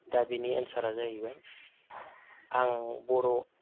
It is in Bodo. दा बेनि एनसारा जाहैबाय आं बर'